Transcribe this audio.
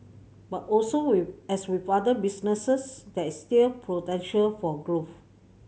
but also as with other businesses there is still potential for growth